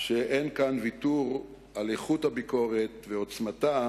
שאין כאן ויתור על איכות הביקורת ועוצמתה